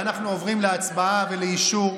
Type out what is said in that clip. ואנחנו עוברים להצבעה ולאישור,